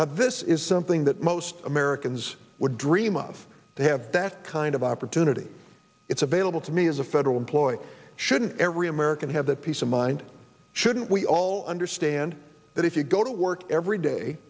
something that most americans would dream of to have that kind of opportunity it's available to me as a federal employee shouldn't every american have that peace of mind shouldn't we all understand that if you go to work every day